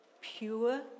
Pure